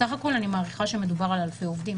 בסך הכול אני מעריכה שמדובר על אלפי עובדים,